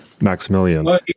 maximilian